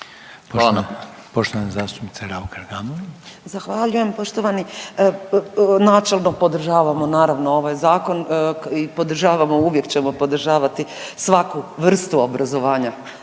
**Raukar-Gamulin, Urša (Možemo!)** Zahvaljujem. Poštovani. Načelno podržavamo naravno ovaj zakon i podržavamo i uvijek ćemo podržavati svaku vrstu obrazovanja